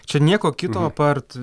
čia nieko kito apart